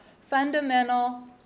fundamental